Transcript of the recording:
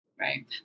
Right